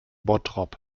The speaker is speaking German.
bottrop